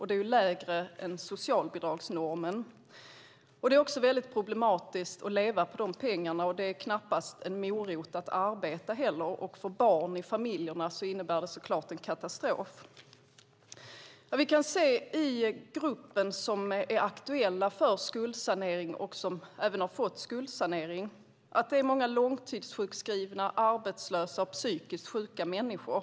Det är lägre än socialbidragsnormen. Det är problematiskt att leva på dessa pengar, och det är knappast heller någon morot för att arbeta. För barn i familjerna innebär det såklart en katastrof. Vi kan se i den grupp som är aktuell för skuldsanering och som har fått skuldsanering att det är många långtidssjukskrivna, arbetslösa och psykiskt sjuka människor.